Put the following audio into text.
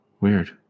Weird